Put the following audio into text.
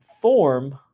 form